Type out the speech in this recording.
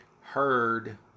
heard